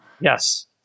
Yes